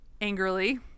angrily